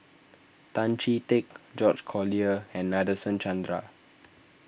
Tan Chee Teck George Collyer and Nadasen Chandra